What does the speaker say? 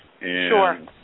Sure